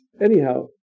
anyhow